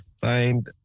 find